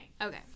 Okay